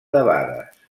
debades